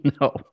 No